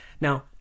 Now